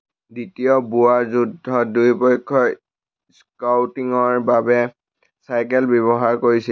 দ্বিতীয় বোৱাৰ যুদ্ধত দুয়োপক্ষই স্কাউটিঙৰ বাবে চাইকেল ব্যৱহাৰ কৰিছিল